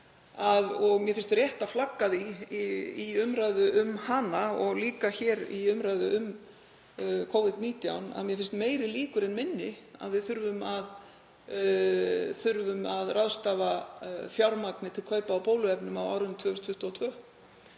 og mér finnst rétt að flagga því í umræðu um hana og líka hér í umræðu um Covid-19, að mér finnst meiri líkur en minni á því að við þurfum að ráðstafa fjármagni til kaupa á bóluefnum á árinu 2022.